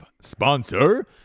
sponsor